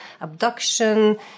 abduction